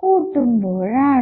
കൂട്ടുമ്പോഴാണ്